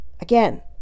Again